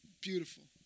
beautiful